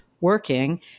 working